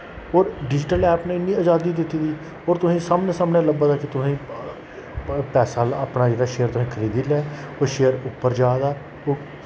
और digital app ने इन्नी अजादी दित्ती दी और तुसें गी सामनै सामनै लब्भा दा कि तुसें पैसा अपना जेह्ड़ा शेयर तुसैं खरीदी लेआ ओह् शेयर उप्पर जा दा ओह्